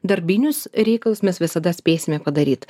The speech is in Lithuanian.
darbinius reikalus mes visada spėsime padaryt